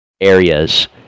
areas